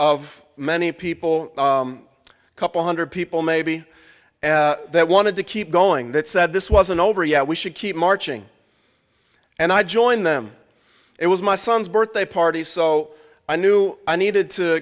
of many people a couple hundred people maybe that wanted to keep going that said this wasn't over yet we should keep marching and i join them it was my son's birthday party so i knew i needed to